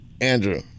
Andrew